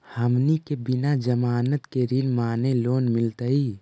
हमनी के बिना जमानत के ऋण माने लोन मिलतई?